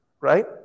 Right